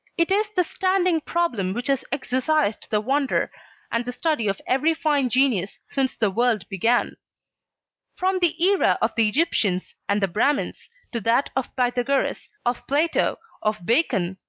it is the standing problem which has exercised the wonder and the study of every fine genius since the world began from the era of the egyptians and the brahmins, to that of pythagoras, of plato, of bacon,